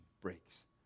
breaks